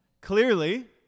clearly